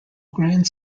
grand